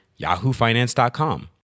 yahoofinance.com